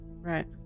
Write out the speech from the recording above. right